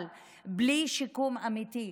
אבל בלי שיקום אמיתי,